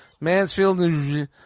Mansfield